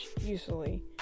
usually